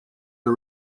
the